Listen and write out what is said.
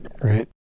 Right